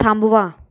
थांबवा